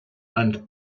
and